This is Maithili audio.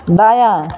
दायाँ